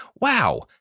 Wow